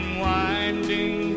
winding